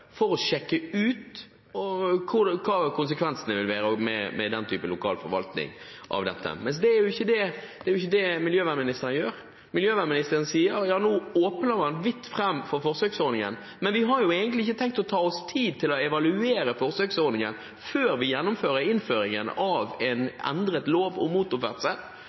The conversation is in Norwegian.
for å sjekke ut hva konsekvensene vil være med den type lokal forvaltning av dette. Men det er jo ikke miljøministeren gjør. Miljøvernministeren sier: Ja, nå åpner vi vidt opp for forsøksordningen, men vi har ikke egentlig tenkt å ta oss tid å evaluere forsøksordningen, før vi gjennomfører innføringen av en endret lov om motorferdsel.